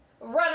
run